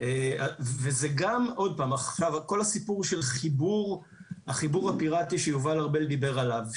כל הסיפור של החיבור הפיראטי שיובל ארבל דיבר עליו,